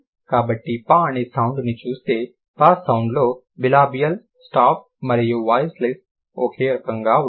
కాబట్టి ప అనే సౌండ్ని చూస్తే ప సౌండ్ లో బిలాబియల్ స్టాప్ మరియు వాయిస్లెస్ ఓకే ఉంటుంది